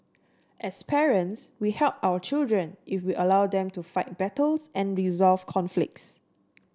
as parents we help our children if we allow them to fight battles and resolve conflicts